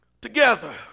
together